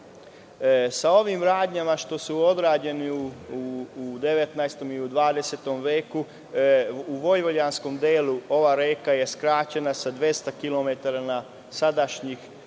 Sa ovim radnjama što su odrađene u 19. i 20. veku u Vojvođanskom delu ova reka je skraćena sa 200 kilometara sadašnjih 164